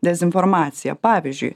dezinformaciją pavyzdžiui